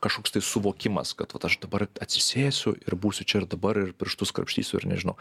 kažkoks tai suvokimas kad vat aš dabar atsisėsiu ir būsiu čia ir dabar ir pirštus krapštysiu ir nežinau